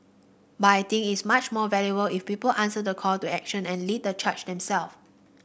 but I think it's much more valuable if people answer the call to action and lead the charge themself